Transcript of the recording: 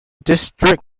district